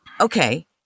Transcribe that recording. Okay